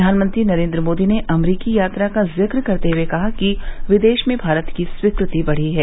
प्रधानमंत्री नरेन्द्र मोदी ने अमरीकी यात्रा का जिक्र करते कहा कि विदेश में भारत की स्वीकृति बढ़ी है